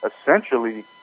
essentially